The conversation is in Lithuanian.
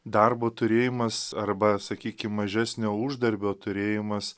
darbo turėjimas arba sakykim mažesnio uždarbio turėjimas